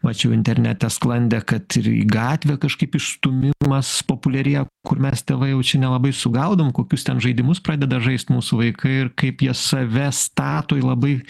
mačiau internete sklandė kad ir į gatvę kažkaip išstūmimas populiarėja kur mes tėvai jau čia nelabai sugaudom kokius ten žaidimus pradeda žaist mūsų vaikai ir kaip jie save stato į labai